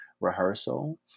rehearsal